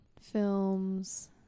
films